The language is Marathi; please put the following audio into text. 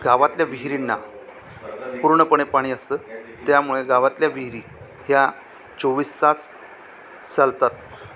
गावातल्या विहिरींना पूर्णपणे पाणी असतं त्यामुळे गावातल्या विहिरी ह्या चोवीस तास चालतात